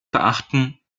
beachten